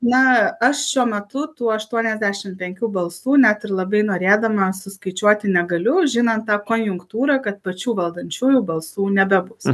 na aš šiuo metu tų aštuoniasdešim penkių balsų net ir labai norėdama suskaičiuoti negaliu žinant tą konjunktūrą kad pačių valdančiųjų balsų nebebus